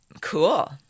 Cool